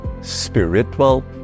Spiritual